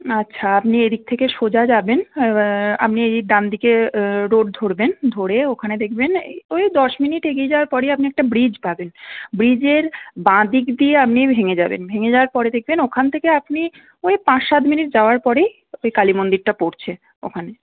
আচ্ছা আপনি এদিক থেকে সোজা যাবেন এবার আপনি এই ডানদিকে রোড ধরবেন ধরে ওখানে দেখবেন ওই দশ মিনিট এগিয়ে যাওয়ার পরেই আপনি একটা ব্রিজ পাবেন ব্রিজের বাদিক দিয়ে আপনি ভেঙ্গে যাবেন ভেঙ্গে যাওয়ার পড়ে দেখবেন ওখান থেকে আপনি ওই পাঁচ সাত মিনিট যাওয়ার পরেই ওই কালী মন্দিরটা পড়ছে ওখানে